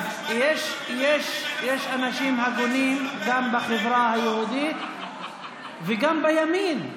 אז יש אנשים הגונים גם בחברה היהודית וגם בימין.